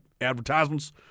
advertisements